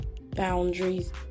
boundaries